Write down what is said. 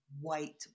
white